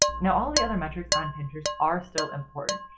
now all the other metrics on pinterest are still important.